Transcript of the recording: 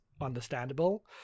understandable